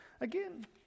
Again